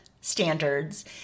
standards